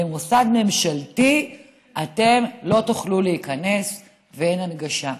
למוסד ממשלתי אתם לא תוכלו להיכנס ואין הנגשה.